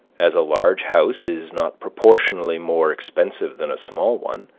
as a large house is not proportionally more expensive than a small one,